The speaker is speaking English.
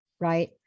Right